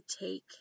take